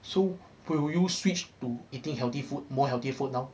so will you switch to eating healthy food more healthier food now um